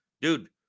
dude